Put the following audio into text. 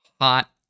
hot